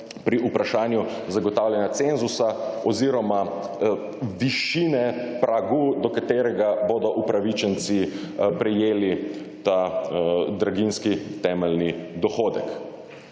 pri vprašanju zagotavljanja cenzusa oziroma višine pragu do katerega bodo upravičenci prejeli ta draginjski temeljni dohodek.